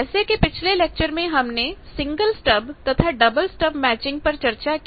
जैसे कि पिछले लेक्चर में हमने सिंगल स्टब तथा डबल स्टब मैचिंग पर चर्चा की